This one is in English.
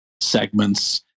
segments